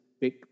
big